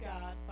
God